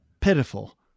pitiful